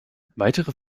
weitere